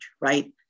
right